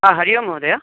हरिः ओं महोदय